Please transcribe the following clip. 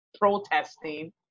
protesting